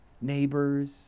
neighbors